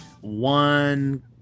one